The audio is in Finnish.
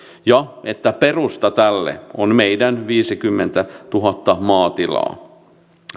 ja että perusta tälle on meidän viisikymmentätuhatta maatilaa